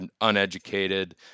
uneducated